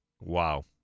Wow